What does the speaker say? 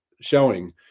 showing